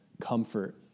comfort